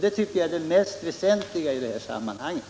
Det tycker jag är det mest väsentliga i sammanhanget.